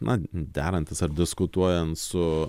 na derantis ar diskutuojant su